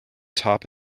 top